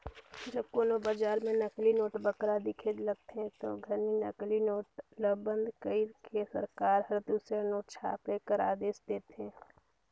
जब कोनो बजार में नकली नोट बगरा दिखे लगथे, ओ घनी नकली नोट ल बंद कइर के सरकार हर दूसर नोट छापे कर आदेस देथे